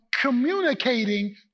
communicating